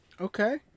Okay